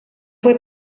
fue